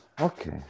okay